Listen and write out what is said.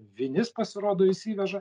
vinis pasirodo įsiveža